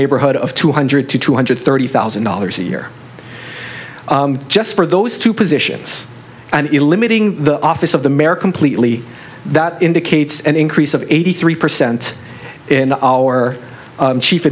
neighborhood of two hundred to two hundred thirty thousand dollars a year just for those two positions and eliminating the office of the mayor completely that indicates an increase of eighty three percent in our chief